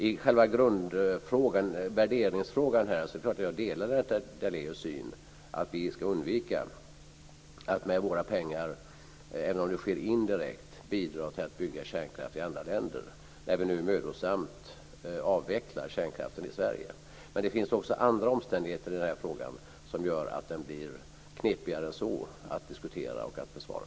I själva värderingsfrågan delar jag självklart Lennart Daléus syn att vi ska undvika att med våra pengar, även om det sker indirekt, bidra till att bygga för kärnkraft i andra länder när vi nu mödosamt avvecklar kärnkraften i Sverige. Det finns också andra omständigheter här som gör att frågan blir knepigare än så både att diskutera och att besvara.